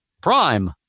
prime